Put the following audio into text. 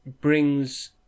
brings